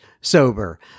sober